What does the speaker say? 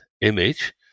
image